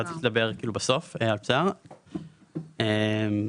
בפסקה (1),